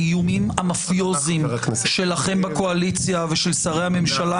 האיומים המאפיוזיים שלכם בקואליציה ושל שרי הממשלה